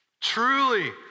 truly